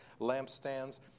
lampstands